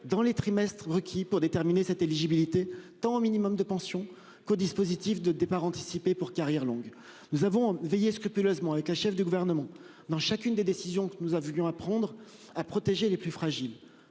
dans les trimestres requis pour déterminer cette éligibilité tant au minimum de pension qu'au dispositif de départ anticipé pour carrière longue. Nous avons veillé scrupuleusement avec un chef du gouvernement dans chacune des décisions que nous avions apprendre à protéger les plus fragiles.